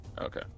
okay